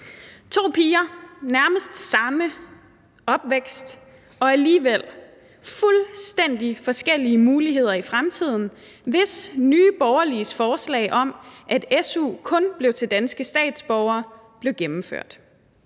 to piger med nærmest samme opvækst, men som alligevel ville have haft fuldstændig forskellige muligheder i fremtiden, hvis Nye Borgerliges forslag om, at su kun skulle gives til statsborgere, blev gennemført.